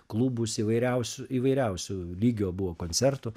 klubus įvairiausių įvairiausio lygio buvo koncertų